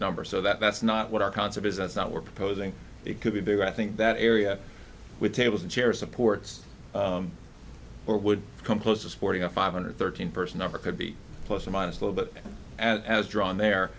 number so that that's not what our concept is that's not we're proposing it could be do i think that area with tables and chairs supports or would come close to supporting a five hundred thirteen person ever could be plus or minus a little bit as drawn there